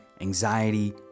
anxiety